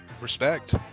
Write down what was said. Respect